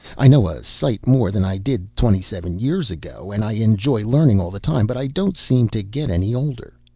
i know a sight more than i did twenty-seven years ago, and i enjoy learning, all the time, but i don't seem to get any older.